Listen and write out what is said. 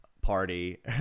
party